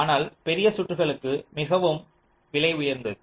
ஆனால் பெரிய சுற்றுகளுக்கு மிகவும் விலை உயர்ந்தது